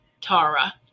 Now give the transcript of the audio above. Tara